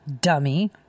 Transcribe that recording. Dummy